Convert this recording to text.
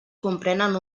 comprenen